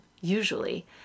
usually